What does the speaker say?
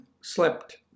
slept